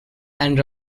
and